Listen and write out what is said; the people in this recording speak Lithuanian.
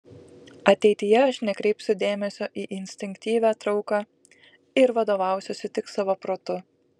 ateityje aš nekreipsiu dėmesio į instinktyvią trauką ir vadovausiuosi tik savo protu